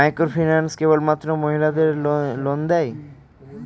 Microfinance কেবলমাত্র মহিলাদের loan দেয়?